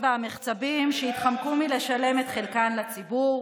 והמחצבים שהתחמקו מלשלם את חלקן לציבור,